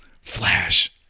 Flash